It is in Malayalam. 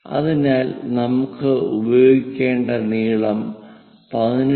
അതിനാൽ നമുക്ക് ഉപയോഗിക്കേണ്ട നീളം 18